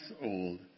old